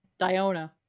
Diona